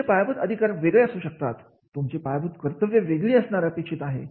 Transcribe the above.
तुमचे पायाभूत अधिकार वेगळे असू शकतात तुमचे पायाभूत कर्तव्य वेगळी असणार अपेक्षित असतात